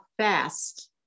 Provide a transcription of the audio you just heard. fast